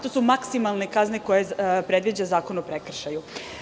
To su maksimalne kazne koje predviđa Zakon o prekršaju.